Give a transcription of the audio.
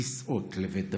כסאות לבית דוד.